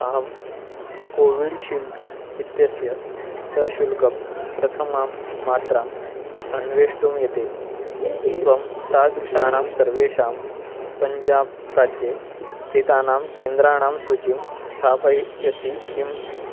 अहं कोविल्शील्ड् इत्यस्य सशुल्कं प्रथमां मात्राम् अन्वेष्टुं यते त्वं तादृशाणां सर्वेषां पञ्जाब् राज्ये स्थितानां केन्द्राणां सूचीं स्थापयसि किम्